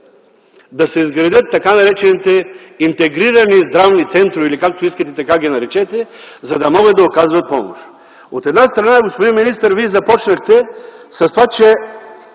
да се изградят така наречените интегрирани здравни центрове или както искате, така ги наречете, за да могат да оказват помощ. От една страна, господин министър, Вие започнахте с това, че